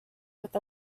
with